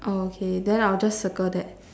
oh okay then I will just circle that